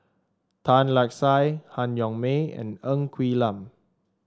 Tan Lark Sye Han Yong May and Ng Quee Lam